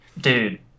Dude